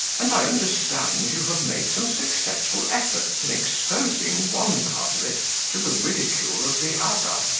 and i understand you have made some successful efforts in exposing one part of it to the ridicule of the other.